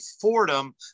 Fordham